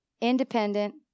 independent